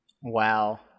Wow